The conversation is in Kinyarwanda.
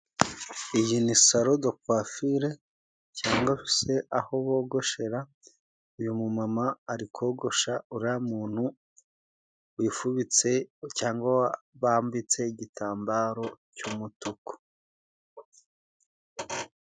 Iyi ni saro do kwafire cyangwa se aho bogoshera， uyu mu mama ari kogosha ura muntu wifubitse cyangwa bambitse igitambaro cy'umutuku.